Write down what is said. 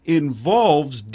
involves